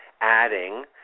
adding